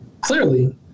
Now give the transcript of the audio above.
clearly